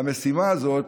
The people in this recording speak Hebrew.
והמשימה הזאת,